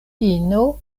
ino